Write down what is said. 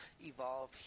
evolve